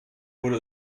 wurde